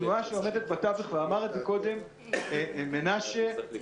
התנועה שעומדת בתווך ואמר את זה קודם מנשה לוי,